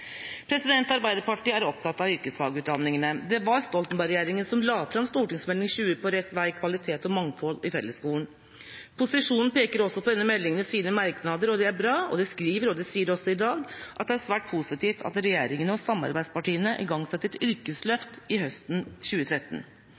Arbeiderpartiet er opptatt av yrkesfagutdanningene. Det var Stoltenberg-regjeringa som la fram Meld. St. 20 for 2012–2013, På rett vei – Kvalitet og mangfold i fellesskolen. Posisjonen peker også på denne meldinga i sine merknader, og det er bra. De skriver, og de sier også i dag, at det er svært positivt at regjeringa og samarbeidspartiene igangsatte et yrkesløft høsten 2013.